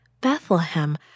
Bethlehem